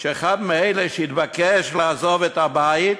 שאחד מאלה שהתבקשו לעזוב את הבית,